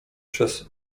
przez